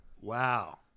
Wow